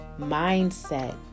mindset